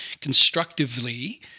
constructively